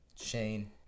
Shane